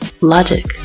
Logic